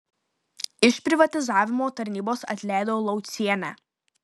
iš privatizavimo tarnybos atleido laucienę